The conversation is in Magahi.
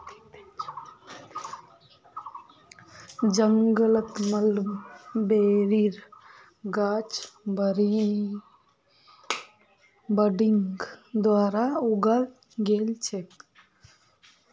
जंगलत मलबेरीर गाछ बडिंग द्वारा उगाल गेल छेक